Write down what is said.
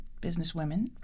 businesswomen